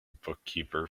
bookkeeper